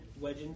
Wedge